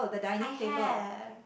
I have